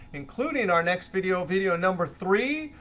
including our next video, video number three,